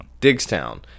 Digstown